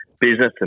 business